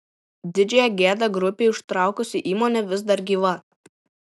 didžiąją gėdą grupei užtraukusi įmonė vis dar gyva